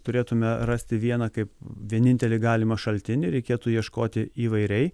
turėtume rasti vieną kaip vienintelį galimą šaltinį reikėtų ieškoti įvairiai